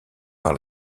par